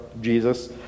jesus